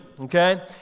Okay